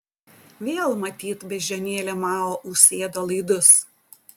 vėl matyt beždžionėlė mao užsėdo laidus